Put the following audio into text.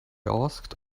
asked